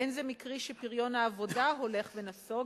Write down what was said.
אין זה מקרי שפריון העבודה הולך ונסוג,